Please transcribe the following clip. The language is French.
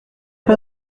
pas